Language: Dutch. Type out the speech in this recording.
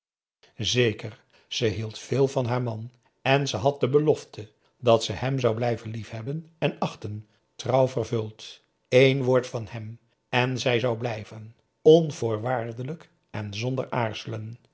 zeker ze hield veel van haar man en ze p a daum hoe hij raad van indië werd onder ps maurits had de belofte dat ze hem zou blijven liefhebben en achten trouw vervuld eén woord van hem en zij zou blijven onvoorwaardelijk en zonder aarzelen